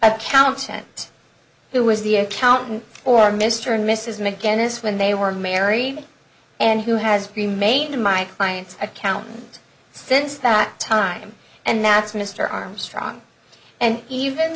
accountant who was the accountant or mr and mrs mcginnis when they were married and who has remained in my client's accountant since that time and that's mr armstrong and even